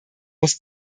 muss